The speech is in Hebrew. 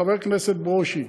חבר הכנסת ברושי: